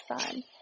fun